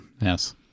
Yes